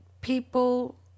People